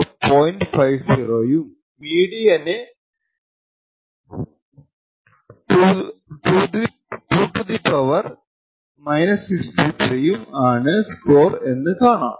50 ഉം മീഡിയന് 2 ഉം ആണ് സ്കോർ എന്ന് കാണാം